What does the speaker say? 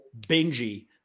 Benji